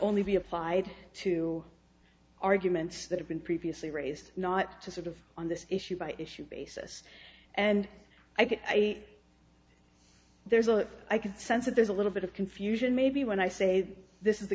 only be applied to arguments that have been previously raised not to sort of on this issue by issue basis and i think there's a i could sense that there's a little bit of confusion maybe when i say that this is the